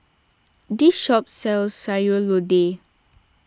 this shop sells Sayur Lodeh